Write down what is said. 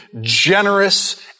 generous